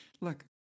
Look